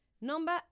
Number